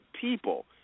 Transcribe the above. people